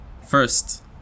First